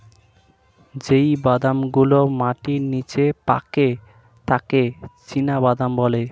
যেই বাদাম গুলো মাটির নিচে পাকে তাকে চীনাবাদাম বলে